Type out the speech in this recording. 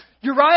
Uriah